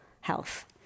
health